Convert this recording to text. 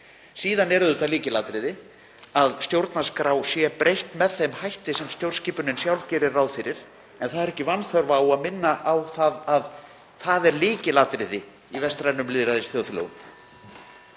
Síðan er auðvitað lykilatriði að stjórnarskrá sé breytt með þeim hætti sem stjórnskipunin sjálf gerir ráð fyrir. En það er ekki vanþörf á að minna á að það er lykilatriði í vestrænum lýðræðisþjóðfélögum.